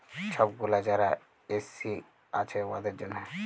ছব গুলা যারা এস.সি আছে উয়াদের জ্যনহে